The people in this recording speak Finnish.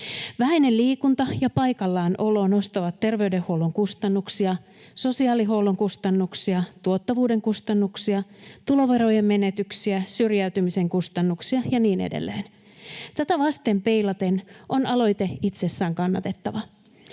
Vähäinen liikunta ja paikallaanolo nostavat terveydenhuollon kustannuksia, sosiaalihuollon kustannuksia, tuottavuuden kustannuksia, tuloverojen menetyksiä, syrjäytymisen kustannuksia ja niin edelleen. Tätä vasten peilaten on aloite itsessään kannatettava.